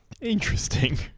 Interesting